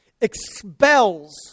expels